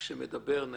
שמדבר על